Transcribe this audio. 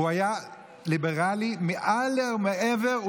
הוא היה ליברלי מעל ומעבר.